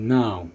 now